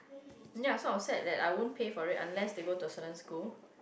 ya so I'll set that I won't pay for it unless they go to a certain school